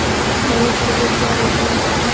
हरे छोले क्या रेट हैं?